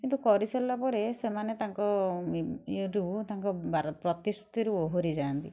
କିନ୍ତୁ କରିସାରିଲା ପରେ ସେମାନେ ତାଙ୍କ ଇଏରୁ ତାଙ୍କ ପ୍ରତିଶ୍ରୁତିରୁ ଓହରି ଯାଆନ୍ତି